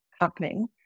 happening